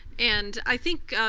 and i think,